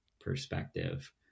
perspective